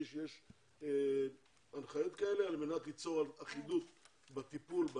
שיש הנחיות כאלה על מנת ליצור אחידות בטיפול.